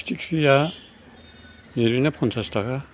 फिथिख्रिआ एरैनो पनसास थाखा